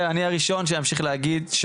אני הראשון שימשיך להגיד,